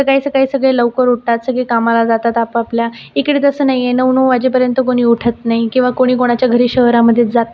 सकाळी सकाळी सगळे लवकर उठतात सगळे कामाला जातात आपापल्या इकडे तसं नाही आहे नऊ नऊ वाजेपर्यंत कोणी उठत नाही किंवा कोणी कोणाच्या घरी शहरामध्ये जात नाही